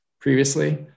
previously